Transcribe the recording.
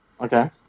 Okay